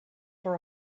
for